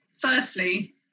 firstly